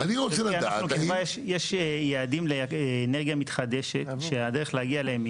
יש יעדים לאנרגיה מתחדשת שהדרך להגיע אליהם היא